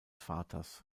vaters